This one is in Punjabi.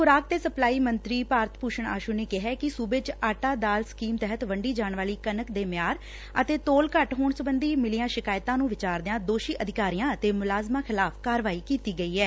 ਖੁਰਾਕ ਤੇ ਸਪਲਾਈ ਮੰਤਰੀ ਭਾਰਤ ਭੁਸ਼ਣ ਆਸੁ ਨੇ ਕਿਹੈ ਕਿ ਸੁਬੇ ਚ ਆਟਾ ਦਾਲ ਸਕੀਮ ਤਹਿਤ ਵੰਡੀ ਜਾਣ ਵਾਲੀ ਕਣਕ ਦੇ ਮਿਆਰ ਅਤੇ ਤੋਲ ਘਟ ਹੋਣ ਸਬੰਧੀ ਮਿਲੀਆਂ ਸ਼ਿਕਾਇਤਾਂ ਨੂੰ ਵਿਚਾਰਦਿਆਂ ਦੋਸ਼ੀ ਅਧਿਕਾਰੀਆਂ ਅਤੇ ਮੁਲਾਜ਼ਮਾਂ ਖਿਲਾਫ਼ ਕਾਰਵਾਈ ਕੀਡੀ ਗਈ ਐ